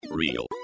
Real